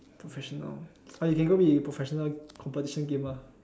professional you can go be professional competition gamer